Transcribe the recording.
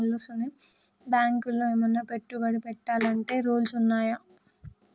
బ్యాంకులో ఏమన్నా పెట్టుబడి పెట్టాలంటే రూల్స్ ఉన్నయా?